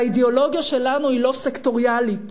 והאידיאולוגיה שלנו היא לא סקטוריאלית